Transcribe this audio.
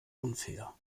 unfair